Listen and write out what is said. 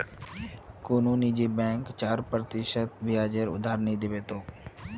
कुनु निजी बैंक चार प्रतिशत ब्याजेर उधार नि दीबे तोक